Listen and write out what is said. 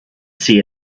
see